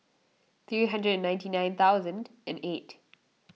three hundred and ninety nine thousand and eight